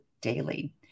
daily